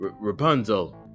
Rapunzel